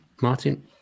Martin